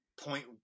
point